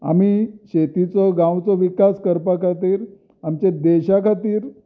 आमी शेतीचो गांवचो विकास करपा खातीर आमच्या देशा खातीर